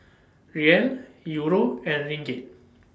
Riel Euro and Ringgit